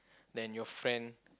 then your friend